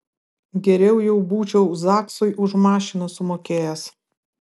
geriau jau būčiau zaksui už mašiną sumokėjęs